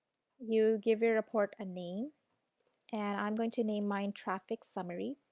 you give your report a name and i am going to name mine traffic summary,